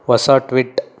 ಹೊಸ ಟ್ವಿಟ್